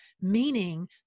meaning